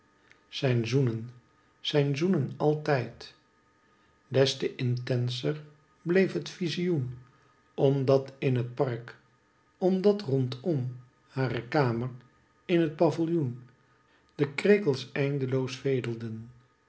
zijn zoenen zijn zoenen altij d des te intenser bleef het vizioen omdat in het park omdat rondom hare kamer in het pavillioen de krekels eindeloos vedelden